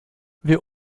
wir